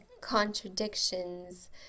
contradictions